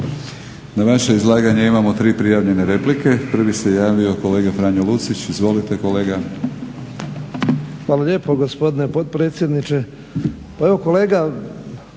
Na vaše izlaganje imamo tri prijavljene replike. Prvi se javio kolega Franjo Lucić, izvolite kolega. **Lucić, Franjo (HDZ)** Hvala lijepo gospodine potpredsjedniče. Pa evo kolega